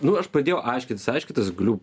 nu aš pradėjau aiškintis aiškintis galiu